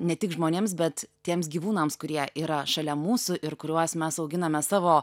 ne tik žmonėms bet tiems gyvūnams kurie yra šalia mūsų ir kuriuos mes auginame savo